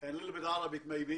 וכנראה מעט ערבית.